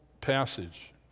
passage